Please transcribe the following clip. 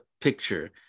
picture